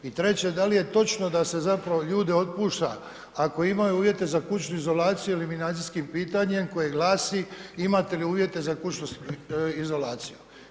I treće da li je točno da se zapravo ljude otpušta ako imaju uvjete za kućnu izolaciju eliminacijskim pitanjem, koje glasi „Imate li uvjete za kućnu izolaciju?